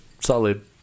Solid